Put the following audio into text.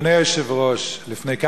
חבר הכנסת פיניאן.